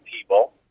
people